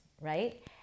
right